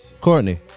courtney